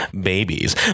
babies